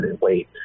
wait